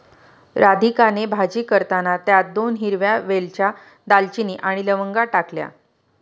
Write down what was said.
राधिकाने भाजी करताना त्यात दोन हिरव्या वेलच्या, दालचिनी आणि लवंगा टाकल्या